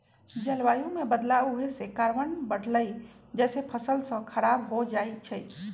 जलवायु में बदलाव होए से कार्बन बढ़लई जेसे फसल स खराब हो जाई छई